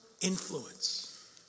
influence